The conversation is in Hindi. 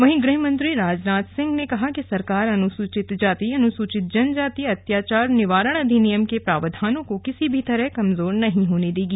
वहीं गृहमंत्री राजनाथ सिंह ने कहा कि सरकार अनुसूचित जाति अनुसूचित जनजाति अत्याचार निवारण अधिनियम के प्रावधानों को किसी भी तरह कमजोर नहीं होने देगी